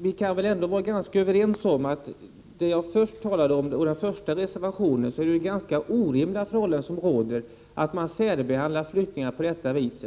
Vi kan väl ändå vara ganska överens om att det är ganska orimliga förhållanden som råder när man särbehandlar flyktingar på detta vis.